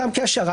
סתם כהשערה,